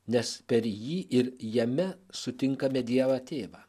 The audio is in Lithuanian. nes per jį ir jame sutinkame dievą tėvą